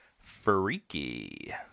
Freaky